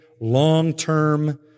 long-term